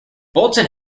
bolton